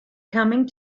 coming